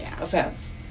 offense